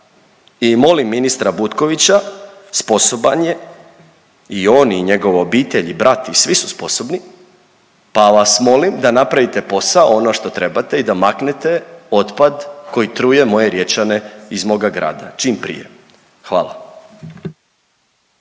I molim ministra Butkovića sposoban je i on i njegova obitelj i brat svi su sposobni, pa vas molim da napravite posao ono što trebate i da maknete otpad koji truje moje Riječane iz moga grada čim prije. Hvala.